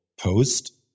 post